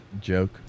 joke